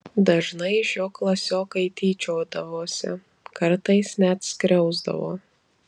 dažnai iš jo klasiokai tyčiodavosi kartais net skriausdavo